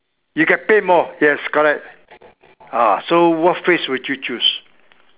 you get paid more yes correct ah so what phrase would you choose